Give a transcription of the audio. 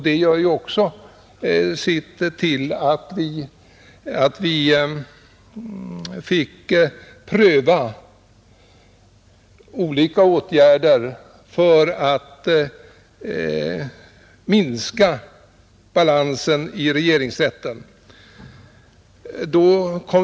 Detta har också gjort sitt till för att vi fått pröva olika åtgärder för att minska balansen i regeringsrätten.